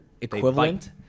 equivalent